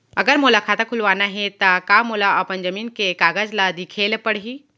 अगर मोला खाता खुलवाना हे त का मोला अपन जमीन के कागज ला दिखएल पढही?